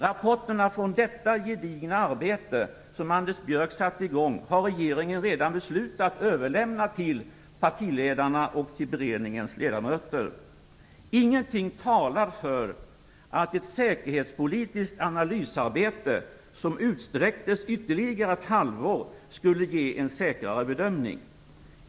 Rapporterna från detta gedigna arbete, som Anders Björck satte i gång, har regeringen redan beslutat överlämna till partiledarna och till beredningens ledamöter. Ingenting talar för att ett säkerhetspolitiskt analysarbete som utsträcktes ytterligare ett halvår skulle ge en säkrare bedömning.